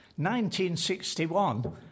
1961